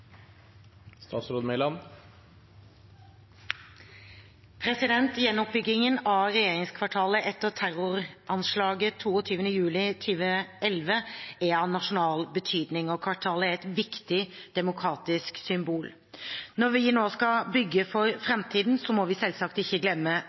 av nasjonal betydning, og kvartalet er et viktig demokratisk symbol. Når vi nå skal bygge for